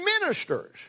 ministers